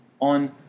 on